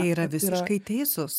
jie yra visiškai teisūs